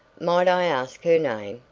might i ask her name?